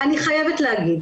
ואני חייבת להגיד